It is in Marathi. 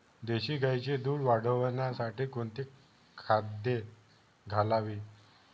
देशी गाईचे दूध वाढवण्यासाठी कोणती खाद्ये द्यावीत?